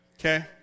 okay